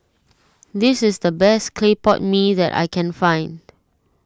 this is the best Clay Pot Mee that I can find